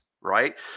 right